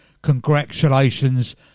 Congratulations